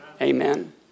Amen